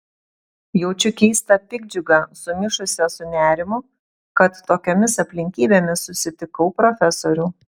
jaučiu keistą piktdžiugą sumišusią su nerimu kad tokiomis aplinkybėmis susitikau profesorių